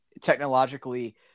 technologically